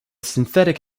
synthetic